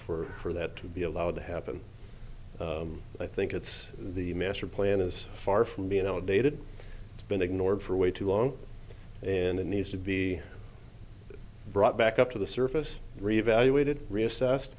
for for that to be allowed to happen i think it's the master plan is far from being elevated it's been ignored for way too long and it needs to be brought back up to the surface reevaluated reassessed